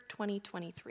2023